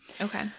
Okay